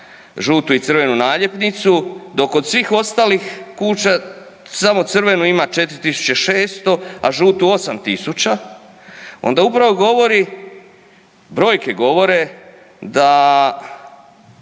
žutu i crvenu naljepnicu, dok kod svih ostalih kuća samo crvenu ima 4600 a žutu 8000, onda upravo govorim, brojke govore da